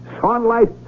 sunlight